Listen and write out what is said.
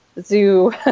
zoo